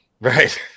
Right